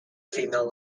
female